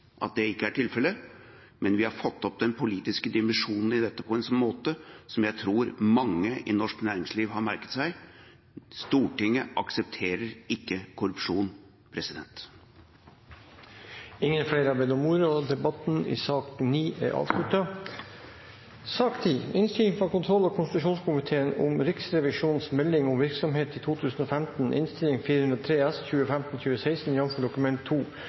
at det ikke er tilfellet. Men vi har fått opp den politiske dimensjonen i dette på en måte som jeg tror mange i norsk næringsliv har merket seg: Stortinget aksepterer ikke korrupsjon. Flere har ikke bedt om ordet til sak nr. 9. Jeg har nå gleden av å legge fram en enstemmig innstilling fra kontroll- og konstitusjonskomiteen om Riksrevisjonens melding om virksomheten i 2015.